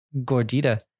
Gordita